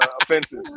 Offenses